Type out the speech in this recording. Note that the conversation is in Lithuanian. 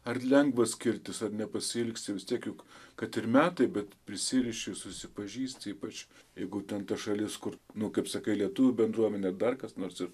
ar lengva skirtis ar nepasiilgsti vis tiek juk kad ir metai bet prisiriši susipažįsti ypač jeigu ten ta šalis kur nu kaip sakai lietuvių bendruomenė dar kas nors ir